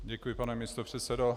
Děkuji, pane místopředsedo.